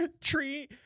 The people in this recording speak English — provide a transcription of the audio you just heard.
Tree